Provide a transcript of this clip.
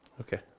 Okay